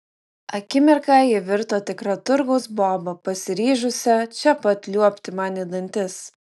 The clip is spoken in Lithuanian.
akimirką ji virto tikra turgaus boba pasiryžusia čia pat liuobti man į dantis